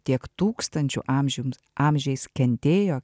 tiek tūkstančių amžiams amžiais kentėjo